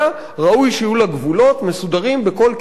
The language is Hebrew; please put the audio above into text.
ראוי שיהיו לה גבולות מסודרים בכל כיוון,